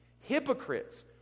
Hypocrites